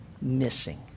missing